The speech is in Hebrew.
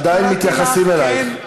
עדיין מתייחסים אלייך.